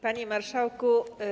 Panie Marszałku!